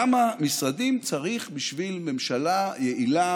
כמה משרדים צריך בשביל ממשלה יעילה,